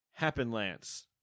happenlance